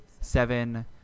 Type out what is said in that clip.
seven